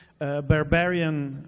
barbarian